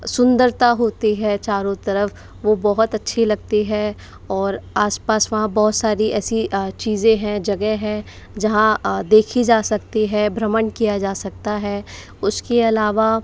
सुंदरता होती है चारों तरफ़ वो बहुत अच्छी लगती है और आसपास वहाँ बहुत सारी ऐसी चीज़ें हैं जगह है जहाँ देखी जा सकती है भ्रमण किया जा सकता है उसके अलावा